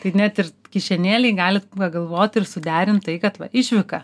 tai net ir kišenėlėj galit pagalvot ir suderint tai kad va išvyka